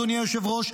אדוני היושב-ראש,